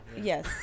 Yes